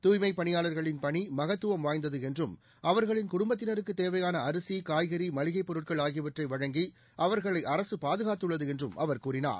தூய்மைப் பணியாளர்களின் பணி மகத்துவம் வாய்ந்தது என்றும் அவர்களின் குடும்பத்தினருக்கு தேவையாள அரிசி காய்கறி மளிகைப் பொருட்கள் ஆகியவற்றை வழங்கி அவர்களை அரசு பாதுகாத்துள்ளது என்றும் அவர் கூறினார்